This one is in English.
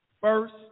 first